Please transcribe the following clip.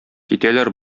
китәләр